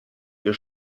ihr